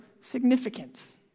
significance